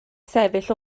sefyll